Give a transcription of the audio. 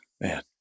man